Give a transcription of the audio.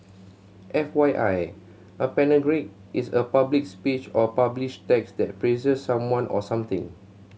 F Y I a panegyric is a public speech or published text that praises someone or something